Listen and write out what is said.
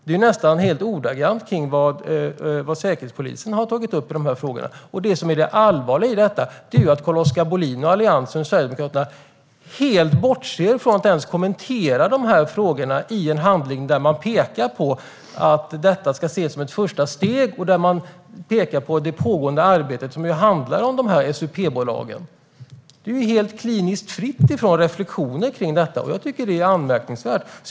Det är nästan ordagrant vad Säkerhetspolisen har tagit upp i de här frågorna. Det som är det allvarliga i detta är att Carl-Oskar Bohlin, Alliansen och Sverigedemokraterna helt avstår från att ens kommentera det i en handling där man pekar på att det ska ses som ett första steg att det finns ett pågående arbete som handlar om SUP-bolagen. Det är helt kliniskt fritt från reflektioner kring detta. Jag tycker att det är anmärkningsvärt.